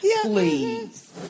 please